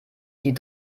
die